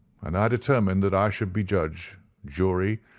and i determined that i should be judge, jury,